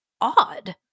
odd